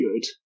good